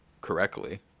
correctly